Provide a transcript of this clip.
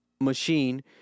machine